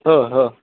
हां हां